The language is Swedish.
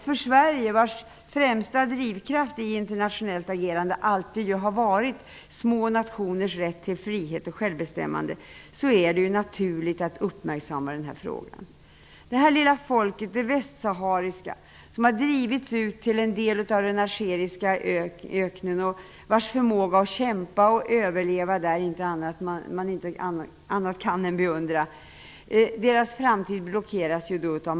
För Sverige, vars främsta drivkraft i internationellt agerande alltid har varit små nationers rätt till frihet och självbestämmande, är det naturligt att uppmärksamma denna fråga. Detta lilla folk -- det västsahariska -- som har drivits ut till en del av den algeriska öknen och vars förmåga att kämpa och överleva där man inte annat kan än beundra, har fått sin framtid blockerad av Marocko.